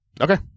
Okay